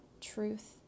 truth